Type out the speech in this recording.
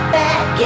back